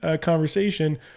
Conversation